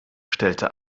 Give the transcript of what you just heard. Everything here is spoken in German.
stellte